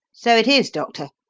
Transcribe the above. so it is, doctor.